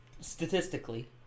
Statistically